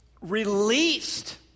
released